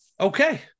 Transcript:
Okay